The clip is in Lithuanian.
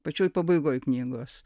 pačioje pabaigoj knygos